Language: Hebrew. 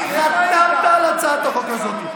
חתמת על הצעת החוק הזאת.